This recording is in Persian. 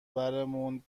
برمونن